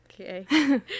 Okay